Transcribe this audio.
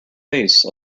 base